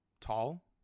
tall